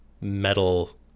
metal